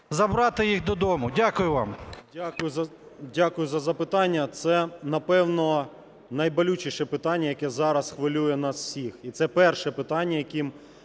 забрати їх додому? Дякую вам.